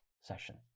session